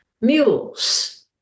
mules